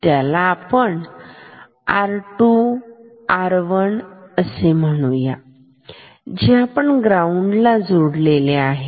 त्याला आपण R 2 R 1 असे म्हणून जे आपण ग्राऊंडला जोडलेले आहे